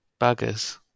buggers